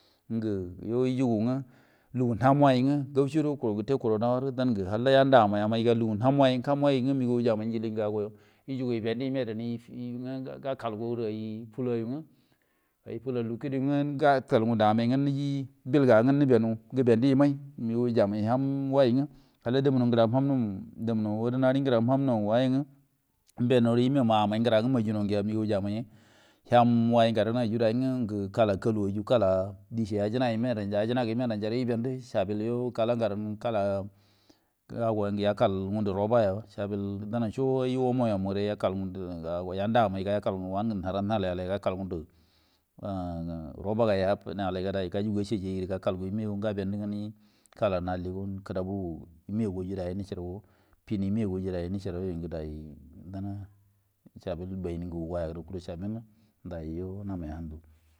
Nge ewujunge lugu ham wai nge kauco wo kellea kuron nawari dan halla galla nge yamainge gabbal ge ai fuloginge kidə amai nge bilgange gebendi yimai ham wai yu him no ngra nge dunmuno ordinary ngra hum no wai nge benuro yinai mo amai ngra gudo, mego jamai yo ham wai ndan yo dai garo iye kala kalu di ci yajimai yimenge yibendi sabil kala nge yakal gandu roba yo sabil nge damu eho ai robayo, nga yandi amai yandi amai ngu ngai nahara kolan nge yajugu kalan alligin kadabuv megoi eceru, fin imege ecerigu yo yunga dai sabil bayinge dai yo namai ge hand.